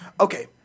Okay